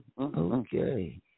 Okay